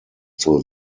zur